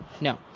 No